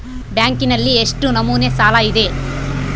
ಬ್ಯಾಂಕಿನಲ್ಲಿ ಎಷ್ಟು ನಮೂನೆ ಸಾಲ ಇದೆ?